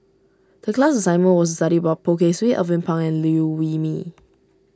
the class assignment was to study about Poh Kay Swee Alvin Pang and Liew Wee Mee